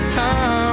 time